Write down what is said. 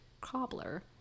cobbler